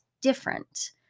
different